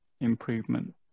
improvement